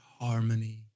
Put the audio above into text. harmony